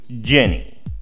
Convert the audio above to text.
Jenny